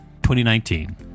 2019